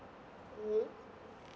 mmhmm